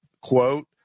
quote